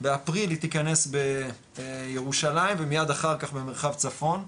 באפריל היא תיכנס בירושלים ומיד אחר כך במרחב צפון,